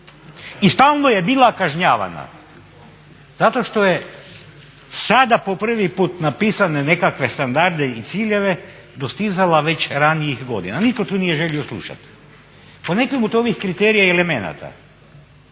i stalno je bila kažnjavana zato što je sada po prvi put napisane nekakve standarde i ciljeve dostizala već ranijih godina, a nitko to nije želio slušati. od nekih od ovih kriterija i elemenata